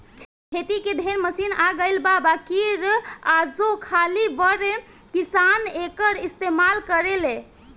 खेती के ढेरे मशीन आ गइल बा बाकिर आजो खाली बड़ किसान एकर इस्तमाल करेले